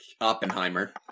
Oppenheimer